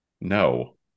no